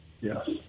yes